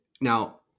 now